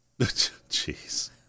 Jeez